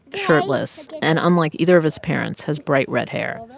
shirtless and, unlike either of his parents, has bright red hair.